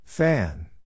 Fan